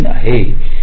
3 आहे हे 0